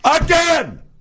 again